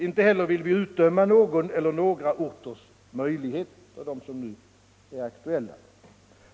Inte heller vill vi utdöma någon eller några orters möjligheter av dem som nu är aktuella.